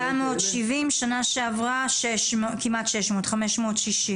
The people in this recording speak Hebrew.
470. שנה שעברה 560